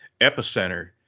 Epicenter